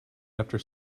after